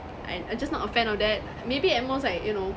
I~ I'm just not a fan of that maybe at most like you know